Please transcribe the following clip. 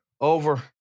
Over